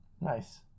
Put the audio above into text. Nice